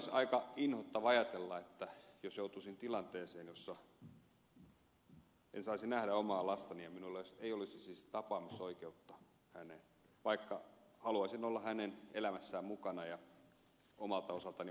olisi aika inhottavaa ajatella että itse joutuisin tilanteeseen jossa en saisi nähdä omaa lastani eikä minulla olisi siis tapaamisoikeutta häneen vaikka haluaisin olla hänen elämässään mukana ja omalta osaltani vastata hänen elatuksestaan